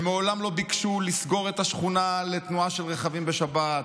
הם מעולם לא ביקשו לסגור את השכונה לתנועה של רכבים בשבת,